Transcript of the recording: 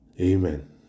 Amen